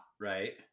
right